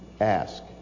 ask